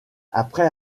après